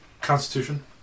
Constitution